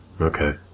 Okay